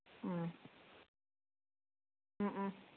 ꯑꯥ ꯎꯝ ꯎꯝ